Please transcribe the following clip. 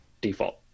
default